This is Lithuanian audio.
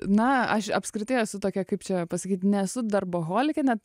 na aš apskritai esu tokia kaip čia pasakyt nesu darboholikė net